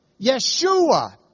Yeshua